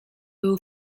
był